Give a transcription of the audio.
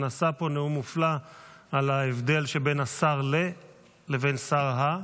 שנשא פה נאום מופלא על ההבדל שבין השר ל- לבין שר ה-,